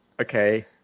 Okay